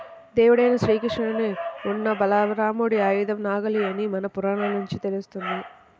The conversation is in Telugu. దేవుడైన శ్రీకృష్ణుని అన్న బలరాముడి ఆయుధం నాగలి అని మన పురాణాల నుంచి తెలుస్తంది